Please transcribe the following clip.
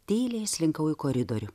tyliai įslinkau į koridorių